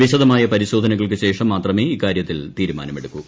വിശദമായ പരിശോധനകൾക്ക് ശേഷം മാത്രമേ ഇക്കാര്യത്തിൽ തീരുമാനമെടുക്കൂ